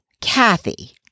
Kathy